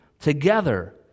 together